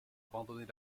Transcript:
abandonner